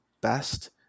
best